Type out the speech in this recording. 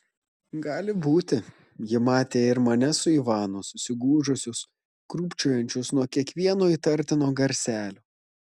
gali būti ji matė ir mane su ivanu susigūžusius krūpčiojančius nuo kiekvieno įtartino garselio